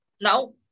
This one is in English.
now